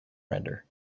render